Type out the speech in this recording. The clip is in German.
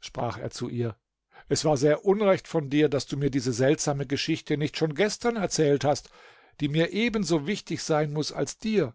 sprach er zu ihr es war sehr unrecht von dir daß du mir diese seltsame geschichte nicht schon gestern erzählt hast die mir ebenso wichtig sein muß als dir